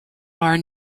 are